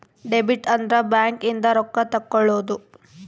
debit ಅಂದ್ರ bank ಇಂದ ರೊಕ್ಕ ತೆಕ್ಕೊಳೊದು